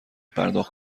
پرداخت